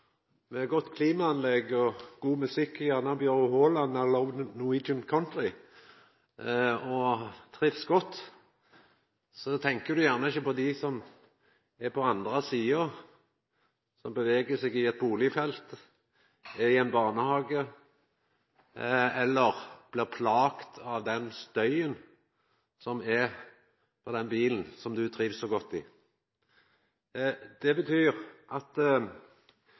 med godt klimaanlegg og god musikk – kanskje Bjøro Håland med «I Love Norwegian Country» – og trivst godt, så tenkjer du kanskje ikkje på dei som er på den andre sida, som beveger seg i eit bustadfelt, i ein barnehage, og som blir plaga av støyen som kjem frå den bilen som du trivst så godt i. Det